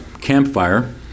campfire